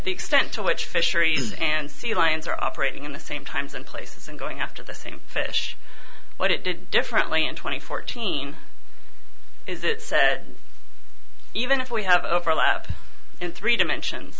the extent to which fisheries and sea lions are operating in the same times and places and going after the same fish what it did differently in two thousand and fourteen is that said even if we have overlap in three dimensions